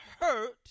hurt